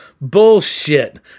bullshit